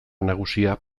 nagusia